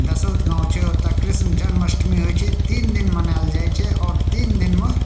दसौथ गाँव छै ओतऽ कृष्ण जन्मष्टमी होइ छै तीन दिन मनायल जाइ छै आओर तीन दिनमे